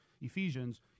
Ephesians